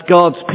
God's